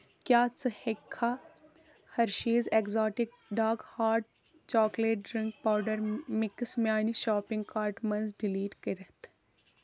کیٛاہ ژٕٕ ہیٚککھا Hershey's exotic dark hot chocolate drink powder mix میانہِ شاپنگ کارٹہٕ منٛز ڈیلیٖٹ کٔرِتھ